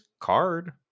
card